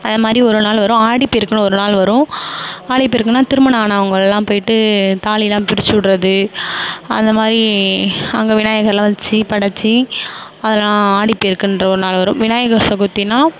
அதுமாதிரி ஒரு நாள் வரும் ஆடிப்பெருக்குனு ஒரு நாள் வரும் ஆடிப்பெருக்குனால் திருமணம் ஆனவங்கலாம் போயிட்டு தாலிலாம் பிரித்து விடறது அந்தமாதிரி அங்கே விநாயகர்லாம் வச்சு படைத்து அதலாம் ஆடிப்பெருக்குன்ற ஒரு நாள் வரும் விநாயகர் சதுர்த்தினால்